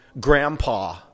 Grandpa